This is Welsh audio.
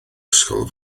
ysgol